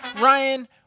Ryan